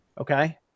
Okay